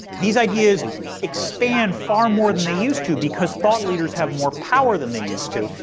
these ideas expand far more than they used to because thought leaders have more power than they used to.